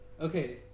Okay